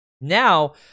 Now